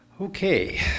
Okay